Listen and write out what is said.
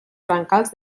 brancals